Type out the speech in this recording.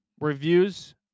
reviews